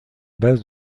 bases